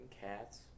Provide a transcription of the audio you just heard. cats